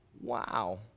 wow